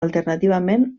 alternativament